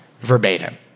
verbatim